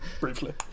briefly